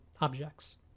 objects